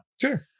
Sure